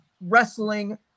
wrestling